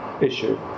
issue